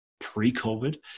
pre-COVID